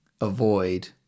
avoid